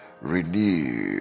renewed